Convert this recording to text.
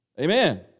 Amen